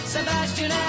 Sebastian